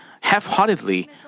half-heartedly